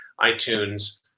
iTunes